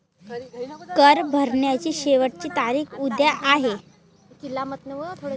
कर भरण्याची शेवटची तारीख उद्या आहे